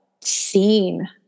seen